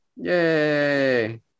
yay